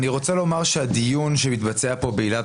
אני רוצה לומר שהדיון שמתבצע פה בעילת